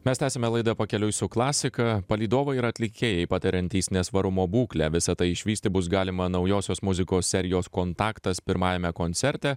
mes tęsiame laidą pakeliui su klasika palydovai ir atlikėjai patariantys nesvarumo būklę visa tai išvysti bus galima naujosios muzikos serijos kontaktas pirmajame koncerte